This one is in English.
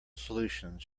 solutions